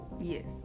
Yes